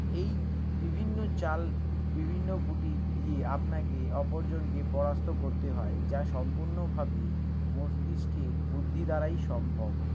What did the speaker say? এই বিভিন্ন চাল বিভিন্ন গুটি দিয়ে আপনাকে অপরজনকে পরাস্ত করতে হয় যা সম্পূর্ণভাবে মস্তিষ্কের বুদ্ধি দ্বারাই সম্ভব